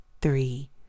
three